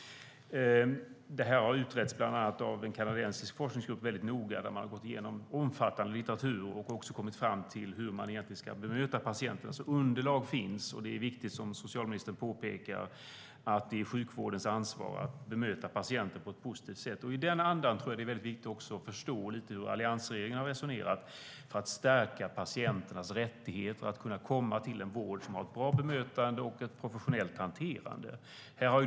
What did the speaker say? Detta har utretts noga av bland andra en kanadensisk forskningsgrupp. Man har gått igenom omfattande litteratur och kommit fram till hur patienten egentligen ska bemötas. Underlag finns alltså, och som socialministern påpekar är det viktigt att det är sjukvårdens ansvar att bemöta patienter på ett positivt sätt. I den andan tror jag också att det är viktigt att förstå lite av hur alliansregeringen har resonerat för att stärka patienternas rättigheter att komma till en vård som har ett bra bemötande och ett professionellt hanterande.